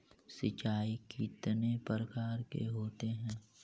सिंचाई कितने प्रकार के होते हैं?